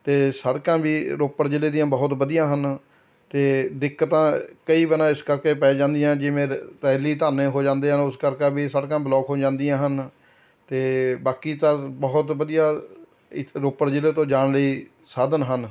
ਅਤੇ ਸੜਕਾਂ ਵੀ ਰੋਪੜ ਜ਼ਿਲ੍ਹੇ ਦੀਆਂ ਬਹੁਤ ਵਧੀਆ ਹਨ ਅਤੇ ਦਿੱਕਤਾਂ ਕਈ ਵਾਰ ਇਸ ਕਰਕੇ ਪੈ ਜਾਂਦੀਆ ਜਿਵੇਂ ਰੈਲੀ ਧਰਨੇ ਹੋ ਜਾਂਦੇ ਹਨ ਉਸ ਕਰਕਾ ਵੀ ਸੜਕਾਂ ਬਲੋਕ ਹੋ ਜਾਂਦੀਆ ਹਨ ਅਤੇ ਬਾਕੀ ਤਾਂ ਬਹੁਤ ਵਧੀਆ ਇੱਥ ਰੋਪੜ ਜ਼ਿਲ੍ਹੇ ਤੋਂ ਜਾਣ ਲਈ ਸਾਧਨ ਹਨ